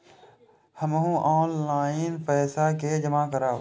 हमू ऑनलाईनपेसा के जमा करब?